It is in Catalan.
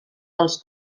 dels